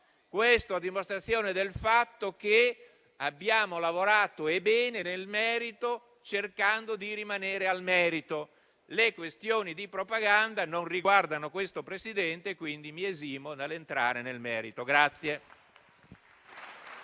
a dimostrazione del fatto che abbiamo lavorato bene, cercando di rimanere al merito. Le questioni di propaganda non riguardano questo Presidente, per cui mi esimo dall'entrare nel merito.